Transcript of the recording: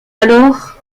alors